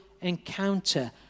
encounter